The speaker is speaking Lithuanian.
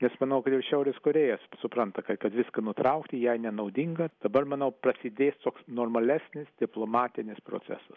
nes manau kad ir šiaurės korėja supranta kad viską nutraukti jai nenaudinga dabar manau prasidės toks normalesnis diplomatinis procesas